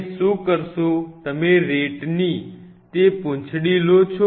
તમે શું કરશો તમે RAT ની તે પૂંછડી લો છો